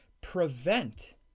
prevent